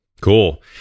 Cool